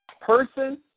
person